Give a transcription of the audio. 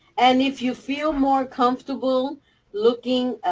and if you feel more comfortable looking,